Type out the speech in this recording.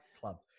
club